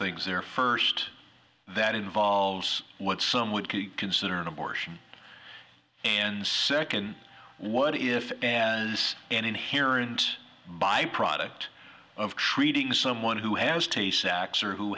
things there first that involves what some would consider an abortion and second what if as an inherent byproduct of treating someone who